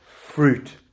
fruit